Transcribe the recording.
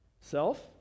Self